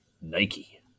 Nike